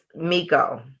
Miko